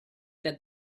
that